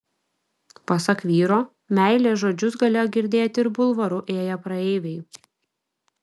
pasak vyro meilės žodžius galėjo girdėti ir bulvaru ėję praeiviai